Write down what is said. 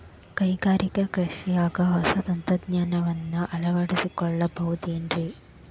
ಕೈಗಾರಿಕಾ ಕೃಷಿಯಾಗ ಹೊಸ ತಂತ್ರಜ್ಞಾನವನ್ನ ಅಳವಡಿಸಿಕೊಳ್ಳಬಹುದೇನ್ರೇ?